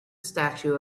statue